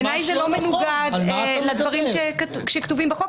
בעיני זה לא מנוגד לדברים שכתובים בחוק,